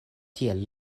tiel